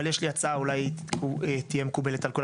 אבל יש לי הצעה שאולי היא תהיה מקובלת על כולם.